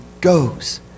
goes